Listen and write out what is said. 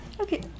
Okay